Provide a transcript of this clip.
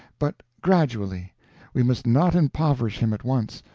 but gradually we must not impoverish him at once,